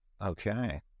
Okay